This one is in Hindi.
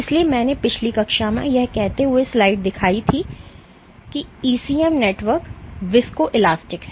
इसलिए मैंने पिछली कक्षा में यह कहते हुए स्लाइड दिखाई थी कि ईसीएम नेटवर्क विस्को इलास्टिक हैं